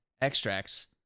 extracts